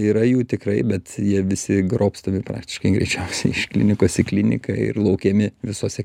yra jų tikrai bet jie visi grobstomi praktiškai greičiausiai iš klinikos į kliniką ir laukiami visose